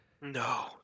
No